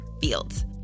fields